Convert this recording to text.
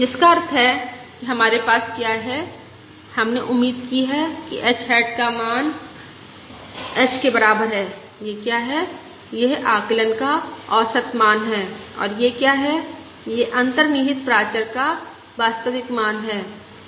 जिसका अर्थ है कि हमारे पास क्या है हमने उम्मीद की है कि h हैट का मान h के बराबर है यह क्या है यह आकलन का औसत मान है और यह क्या है यह अंतर्निहित प्राचर का वास्तविक मान है